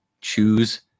choose